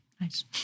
nice